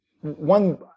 One